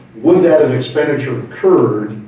would that and expenditure occurred,